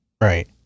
Right